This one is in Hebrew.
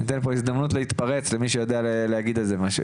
אני נותן פה הזדמנות להתפרץ אם מישהו יודע להגיד על זה משהו.